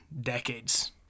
decades